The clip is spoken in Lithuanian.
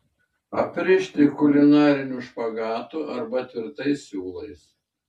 aprišti kulinariniu špagatu arba tvirtais siūlais